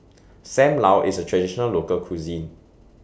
SAM Lau IS A Traditional Local Cuisine